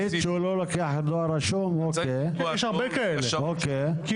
יש הרבה כאלה שלא לוקחים דואר רשום.